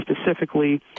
Specifically